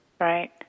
Right